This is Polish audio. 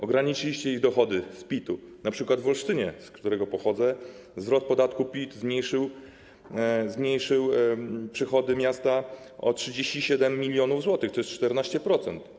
Ograniczyliście ich dochody z PIT-u, np. w Olsztynie, z którego pochodzę, zwrot podatku PIT zmniejszył przychody miasta o 37 mln zł - to jest 14%.